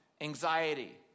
anxiety